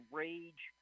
rage